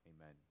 amen